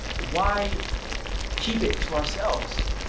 why keep it to ourselves?